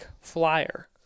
flyer